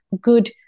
good